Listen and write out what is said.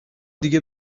دیگه